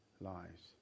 lives